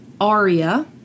Aria